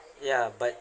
ya but